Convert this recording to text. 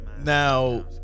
now